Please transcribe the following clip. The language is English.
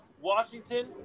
Washington